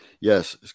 Yes